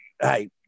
hey